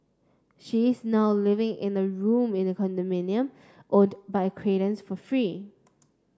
she is now living in a room in a condominium owned by an acquaintance for free